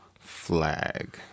flag